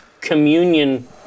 communion